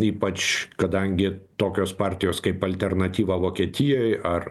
ypač kadangi tokios partijos kaip alternatyva vokietijoj ar